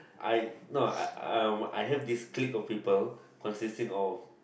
I not I I have this click of people consisting of